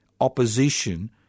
opposition